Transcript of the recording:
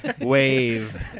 wave